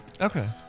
Okay